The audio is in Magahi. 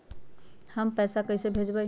हम पैसा कईसे भेजबई?